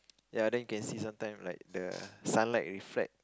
ya the you can see sometime like the sunlight reflect